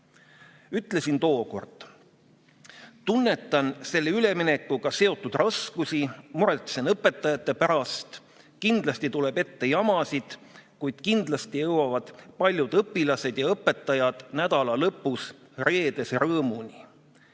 Ütlesin tookord: tunnetan selle üleminekuga seotud raskusi, muretsen õpetajate pärast, kindlasti tuleb ette jamasid, kuid kindlasti jõuavad paljud õpilased ja õpetajad nädala lõpus reedese rõõmuni.